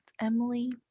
Emily